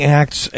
acts